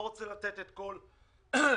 מאוד מאוד קשה --- את אומרת שזה קיים בעולם,